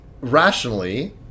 rationally